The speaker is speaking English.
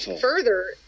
further